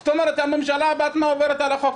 זאת אומרת שהממשלה בעצמה עוברת על החוק,